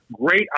great